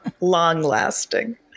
long-lasting